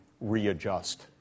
readjust